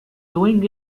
doing